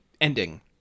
ending